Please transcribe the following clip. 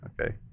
Okay